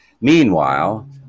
Meanwhile